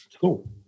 Cool